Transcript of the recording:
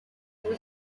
was